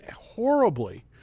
horribly